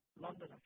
London